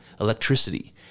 electricity